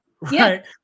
Right